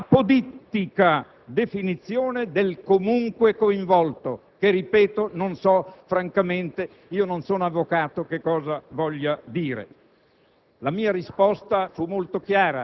fondata, ripeto, sull'apodittica definizione "comunque coinvolto", che, ripeto, non so francamente ‑ non sono avvocato ‑ che cosa voglia dire.